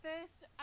first